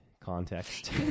context